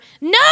No